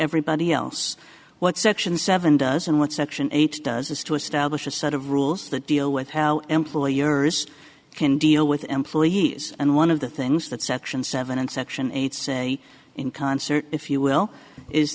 everybody else what section seven does and what section eight does is to establish a set of rules that deal with how employers can deal with employees and one of the things that section seven and section eight say in concert if you will is